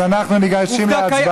לא, אתה סיימת.